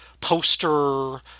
poster